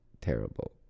terrible